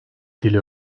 dil